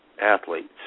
athletes